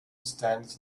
stands